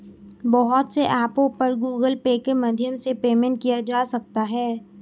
बहुत से ऐपों पर गूगल पे के माध्यम से पेमेंट किया जा सकता है